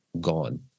gone